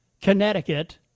Connecticut